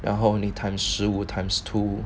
然后你 times 食物 times two